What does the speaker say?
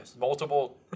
multiple